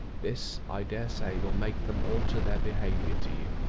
this, i dare say, will make them alter their behaviour to you.